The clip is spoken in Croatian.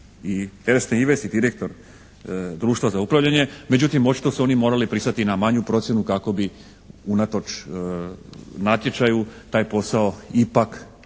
i Erste Invest i direktor društva za upravljanje, međutim očito su oni morali pristati na manju procjenu kako bi unatoč natječaju taj posao ipak